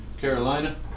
Carolina